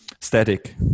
static